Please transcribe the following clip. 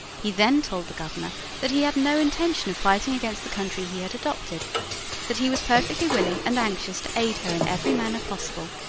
he then told the governor that he had no intention of fighting against the country he had adopted that he was perfectly willing and anxious to aid her in every manner possible,